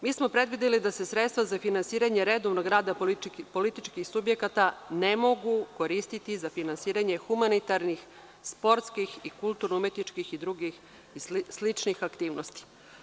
Mi smo predvideli da se sredstva za finansiranje redovnog rada političkih subjekata ne mogu koristiti za finansiranje humanitarnih, sportskih i kulturno-umetničkih i drugih sličnih aktivnosti.